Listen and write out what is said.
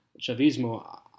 Chavismo